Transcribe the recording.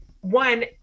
one